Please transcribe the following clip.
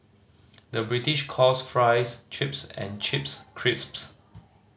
the British calls fries chips and chips crisps